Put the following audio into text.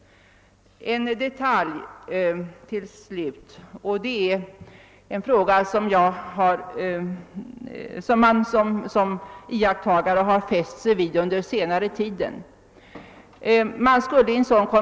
Slutligen vill jag ta upp en detaljfråga.